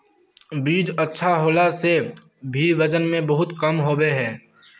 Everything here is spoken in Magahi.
बीज अच्छा होला से भी वजन में बहुत कम होबे है?